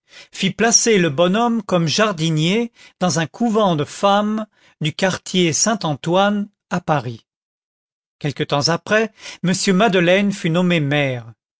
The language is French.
fit placer le bonhomme comme jardinier dans un couvent de femmes du quartier saint-antoine à paris quelque temps après m madeleine fut nommé maire